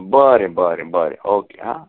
बरें बरें बरें ओके आं